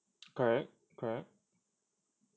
correct correct